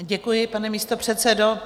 Děkuji, pane místopředsedo.